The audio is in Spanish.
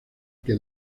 que